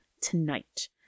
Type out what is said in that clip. tonight